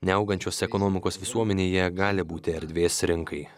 neaugančios ekonomikos visuomenėje gali būti erdvės rinkai